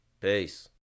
Peace